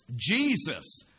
Jesus